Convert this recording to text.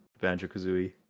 Banjo-Kazooie